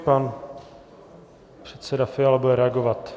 Pan předseda Fiala bude reagovat.